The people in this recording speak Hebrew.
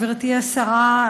גברתי השרה,